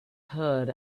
herd